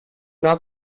not